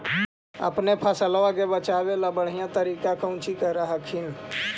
अपने फसलबा बचे ला बढ़िया तरीका कौची कर हखिन?